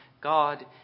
God